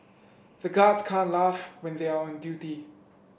the guards can't laugh when they are on duty